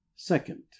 second